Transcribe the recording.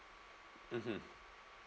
mmhmm